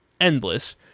endless